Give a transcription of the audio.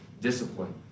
discipline